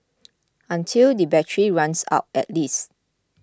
until the battery runs out at least